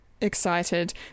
excited